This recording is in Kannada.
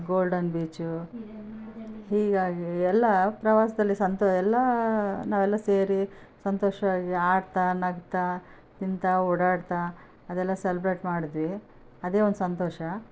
ಗೋಲ್ಡನ್ ಬೀಚ ಹೀಗಾಗಿ ಎಲ್ಲ ಪ್ರವಾಸದಲ್ಲಿ ಸಂತೊ ಎಲ್ಲ ನಾವೆಲ್ಲ ಸೇರಿ ಸಂತೋಷವಾಗಿ ಆಡ್ತಾ ನಗ್ತಾ ತಿಂತಾ ಓಡಾಡ್ತಾ ಅದೆಲ್ಲ ಸೆಲೆಬ್ರೇಟ್ ಮಾಡಿದ್ವಿ ಅದೇ ಒಂದು ಸಂತೋಷ